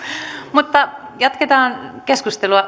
mutta jatketaan keskustelua